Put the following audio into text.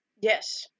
Yes